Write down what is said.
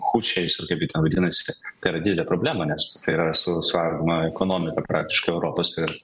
hučeriais ar kaip jie ten vadinasi per didelė problema nes tai yra su suardoma ekonomika praktiškai europos ir